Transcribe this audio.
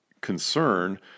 concern